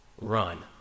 run